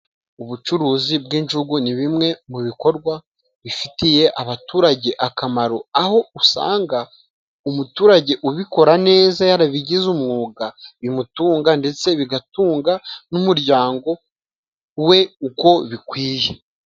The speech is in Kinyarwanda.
Umucuruzi bw'injugu ni bimwe mu bikorwa bifitiye abaturage akamaro aho usanga umuturage ubikora neza yarabigize umwuga bimutunga ndetse bigatunga n'umuryango we uko bikwiye.